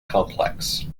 complex